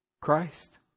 Christ